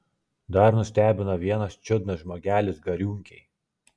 dar nustebino vienas čiudnas žmogelis gariūnkėj